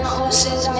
horses